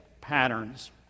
patterns